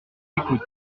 écoute